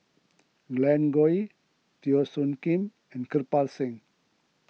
Glen Goei Teo Soon Kim and Kirpal Singh